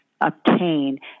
obtain